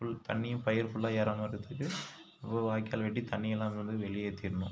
full தண்ணியும் பயிர் ஃபுல்லாக ஏறாமல் இருக்கிறதுக்கு நம்ம வாய்க்கால் வெட்டி தண்ணியெல்லாம் வந்து வெளியேற்றிட்ணும்